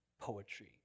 poetry